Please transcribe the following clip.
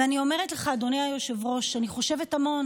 ואני אומרת לך, אדוני היושב-ראש, אני חושבת המון